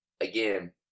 Again